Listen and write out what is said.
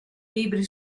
libri